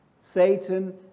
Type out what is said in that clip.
Satan